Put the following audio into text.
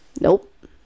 Nope